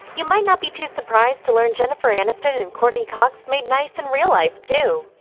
you might not be too surprised to learn jennifer aniston and and courteney cox made nice in real-life too.